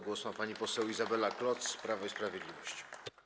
Głos ma pani poseł Izabela Kloc, Prawo i Sprawiedliwość.